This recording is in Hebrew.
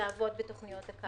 לעבוד בתכניות הקיץ.